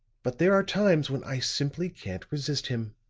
but there are times when i simply can't resist him.